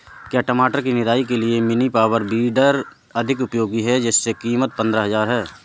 क्या टमाटर की निदाई के लिए मिनी पावर वीडर अधिक उपयोगी है जिसकी कीमत पंद्रह हजार है?